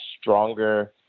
stronger